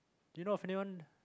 you know of anyone